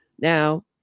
Now